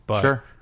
Sure